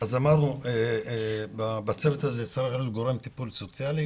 אז אמרנו: בצוות הזה צריך להיות גורם טיפול סוציאלי,